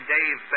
Dave